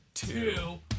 Two